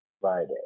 Friday